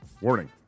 Warning